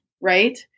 right